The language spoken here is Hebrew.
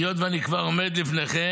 היות שאני כבר עומד לפניכם,